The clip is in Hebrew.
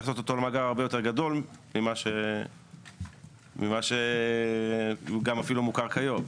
לעשות אותו למאגר הרבה יותר גדול ממה שגם אפילו מוכר כיום.